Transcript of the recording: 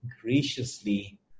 graciously